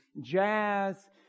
jazz